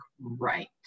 right